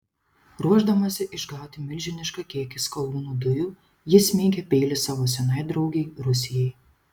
ruošdamasi išgauti milžinišką kiekį skalūnų dujų ji smeigia peilį savo senai draugei rusijai